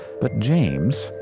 but james,